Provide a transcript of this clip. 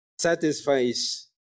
satisfies